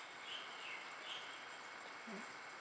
mm